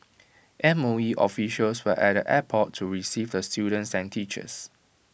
M O E officials were at the airport to receive the students and teachers